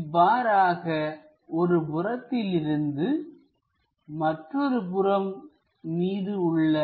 இவ்வாறாக ஒரு புறத்திலிருந்து மற்றொரு புறம் மீது உள்ள